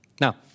Now